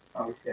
Okay